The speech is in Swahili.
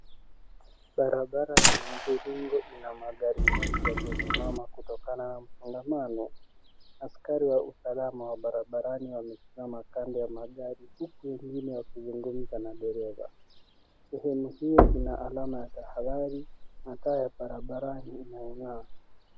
Barabara ya mviringo ina magari mengi yaliyosimama kutokana na msongamano. Askari wa usalama wa barabarani amesimama kando ya magari huku pengine akizungumza na dereva. Sehemu hiyo ina alama ya tahadhari na taa ya barabarani inayong'aa.